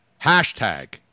Hashtag